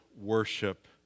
worship